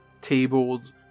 tables